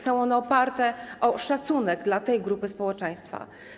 Są one oparte na szacunku dla tej grupy społeczeństwa.